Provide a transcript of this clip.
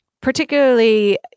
particularly